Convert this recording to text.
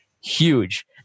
huge